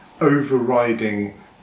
overriding